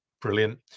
Brilliant